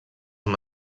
amb